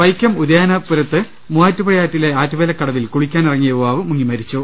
വൈക്കം ഉദയനാപുരത്ത് മൂവാറ്റുപുഴയാറ്റിലെ ആറ്റുവേലക്കടവിൽ കുളിക്കാനിറങ്ങിയ യുവാവ് മുങ്ങി മരിച്ചു